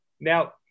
Now